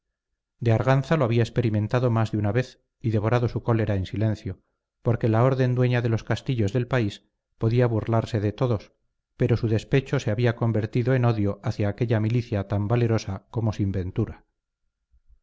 de arganza lo había experimentado más de una vez y devorado su cólera en silencio porque la orden dueña de los castillos del país podía burlarse de todos pero su despecho se había convertido en odio hacia aquella milicia tan valerosa como sin ventura